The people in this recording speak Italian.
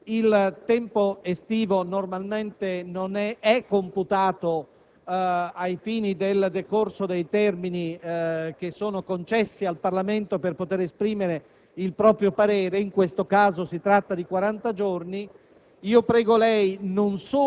Ora, il periodo estivo normalmente è computato ai fini del decorso dei termini che sono concessi al Parlamento per poter esprimere il proprio parere (in questo caso si tratta di quaranta